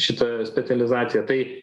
šitą specializaciją tai